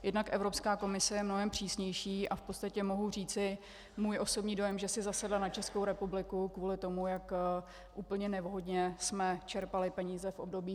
Jednak Evropská komise je mnohem přísnější, a v podstatě mohu říci můj osobní dojem, že si zasedla na Českou republiku kvůli tomu, jak úplně nevhodně jsme čerpali peníze v období 20072013.